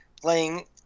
playing